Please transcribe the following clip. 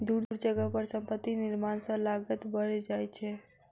दूर जगह पर संपत्ति निर्माण सॅ लागत बैढ़ जाइ छै